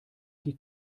die